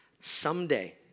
Someday